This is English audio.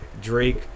Drake